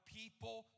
people